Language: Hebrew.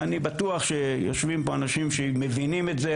אני בטוח שיושבים פה אנשים שמבינים את זה,